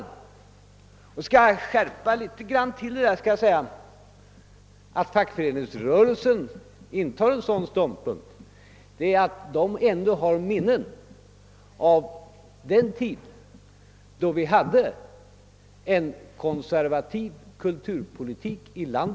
Om jag ytterligare skulle skärpa min framställning skulle jag säga att anledningen till att fackföreningsrörelsen intar en sådan ståndpunkt är att man inom den har minnen från den tid när vi hade en konservativ kulturpolitik i vårt land.